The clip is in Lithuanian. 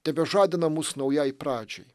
tebežadina mus naujai pradžiai